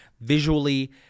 visually